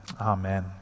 Amen